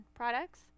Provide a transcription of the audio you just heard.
products